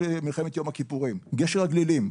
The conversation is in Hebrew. למלחמת יום הכיפורים, גשר הגלילים.